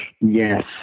Yes